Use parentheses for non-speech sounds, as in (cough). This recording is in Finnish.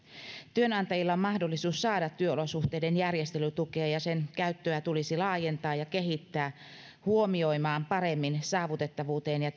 työnantajilla on mahdollisuus saada työolosuhteiden järjestelytukea ja sen käyttöä tulisi laajentaa ja kehittää huomioimaan paremmin saavutettavuuteen ja (unintelligible)